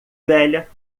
velha